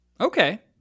Okay